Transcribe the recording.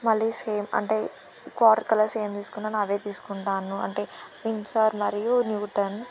మళ్ళీ సేమ్ అంటే water colours ఏమి తీసుకున్నానో అవే తీసుకుంటాను అంటే విన్సర్ ఆర్ మరియు న్యూటన్